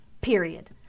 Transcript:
period